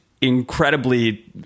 incredibly